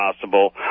possible